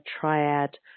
triad